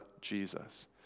Jesus